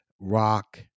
rock